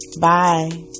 Bye